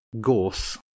Gorse